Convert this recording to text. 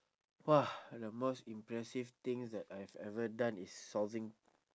!wah! the most impressive things that I have ever done is solving